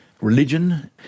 religion